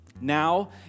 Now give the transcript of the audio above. Now